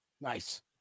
Nice